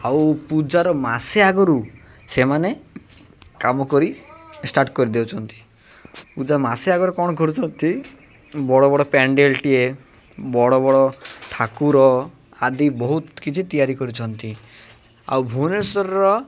ଆଉ ପୂଜାର ମାସେ ଆଗରୁ ସେମାନେ କାମ କରି ଷ୍ଟାର୍ଟ କରିଦେଉଛନ୍ତି ପୂଜା ମାସେ ଆଗରୁ କ'ଣ କରୁଛନ୍ତି ବଡ଼ ବଡ଼ ପେଣ୍ଡେଲ୍ଟିଏ ବଡ଼ ବଡ଼ ଠାକୁର ଆଦି ବହୁତ କିଛି ତିଆରି କରୁଛନ୍ତି ଆଉ ଭୁବନେଶ୍ୱରର